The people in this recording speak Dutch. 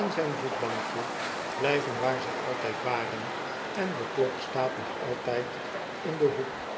en zjjn voetbankje blyven waar zy altyd waren en de klok staat nog altyd in den hoek